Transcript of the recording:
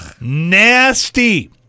Nasty